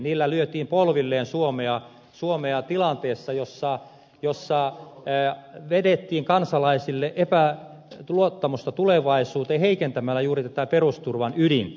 niillä lyötiin polvilleen suomea tilanteessa jossa vedettiin kansalaisten luottamusta tulevaisuuteen heikentämällä juuri tätä perusturvan ydintä